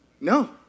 No